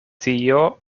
tio